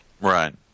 right